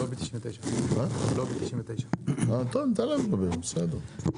לובי 99. טוב, ניתן להם לדבר, בסדר.